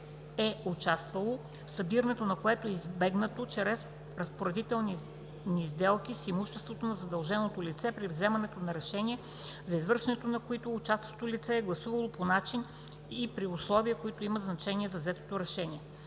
участвало, събирането на които е избегнато чрез разпоредителни сделки с имуществото на задълженото лице, при вземането на решение за извършването на които участващото лице е гласувало по начин и при условия, които имат значение за взетото решение.